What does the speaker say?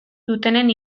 dutenen